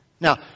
Now